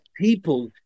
People